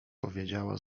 powiedziała